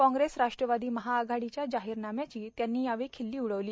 काँग्रेस राष्ट्रवादी महाआघाडीच्या जाहिरनाम्याची त्यांनी खिल्ली उडवली